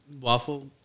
waffle